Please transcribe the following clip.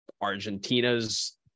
Argentina's